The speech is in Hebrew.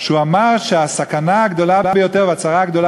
החברות בישראל ובין הרצון לעודד